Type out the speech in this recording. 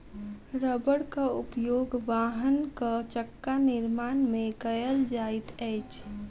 रबड़क उपयोग वाहनक चक्का निर्माण में कयल जाइत अछि